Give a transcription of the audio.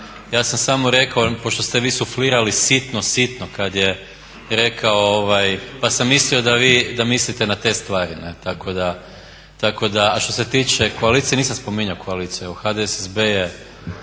Ja sam samo rekao pošto ste vi suflirali sitno, sitno kada je rekao pa sam mislio da vi mislite na te stvari. A što se tiče koalicije nisam spominjao koaliciju, evo HDSSB je,